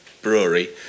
brewery